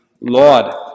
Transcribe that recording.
Lord